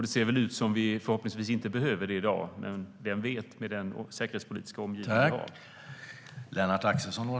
Det ser ut som om vi förhoppningsvis inte behöver det i dag, men vem vet med den säkerhetspolitiska omgivning vi har.